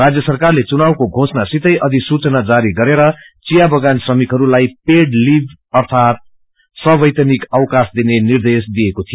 राज्य सरकारले चुनावको घोषणा सितै रअधिसूचना जारी गरेर चिया बगान श्रमिकहरूलाई पेड लिभ अर्थात संविधानि अवकाश दिने निर्देश दिइएको थियो